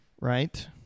Right